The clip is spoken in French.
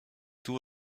tout